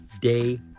day